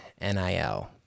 NIL